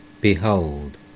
Behold